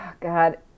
God